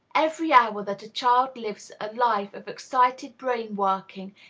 every hour that a child lives a life of excited brain-working,